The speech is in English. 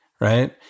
right